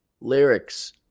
lyrics